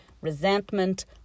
resentment